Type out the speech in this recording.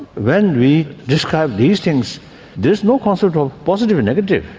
when we describe these things there's no concept of positive or negative,